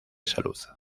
salud